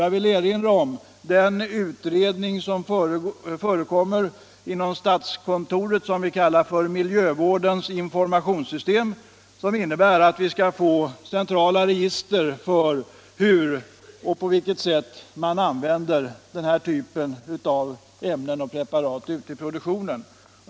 Jag vill erinra om den utredning som pågår inom statskontoret och som vi kallar arbetsmiljövårdens informationssystem. Den innebär att vi skall få centrala register för hur och på vilket sätt denna typ av ämnen och preparat används i produktionen.